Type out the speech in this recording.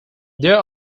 there